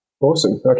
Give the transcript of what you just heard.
Awesome